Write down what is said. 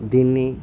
దీన్ని